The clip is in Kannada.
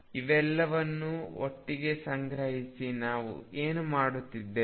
ಆದ್ದರಿಂದ ಇವೆಲ್ಲವನ್ನೂ ಒಟ್ಟಿಗೆ ಸಂಗ್ರಹಿಸಿ ನಾವು ಏನು ಮಾಡಿದ್ದೇವೆ